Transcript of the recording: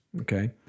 Okay